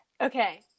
okay